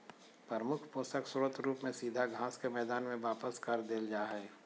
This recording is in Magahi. प्रमुख पोषक स्रोत रूप में सीधा घास के मैदान में वापस कर देल जा हइ